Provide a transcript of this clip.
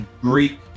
Greek